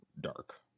dark